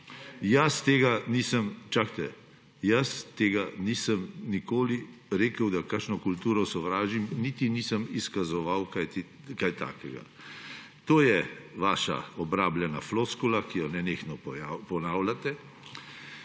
Jaz tega nisem nikoli rekel, da kakšno kulturo sovražim, niti nisem izkazoval kaj takega. To je vaša obrabljena floskula, ki jo nenehno ponavljate.